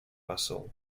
посол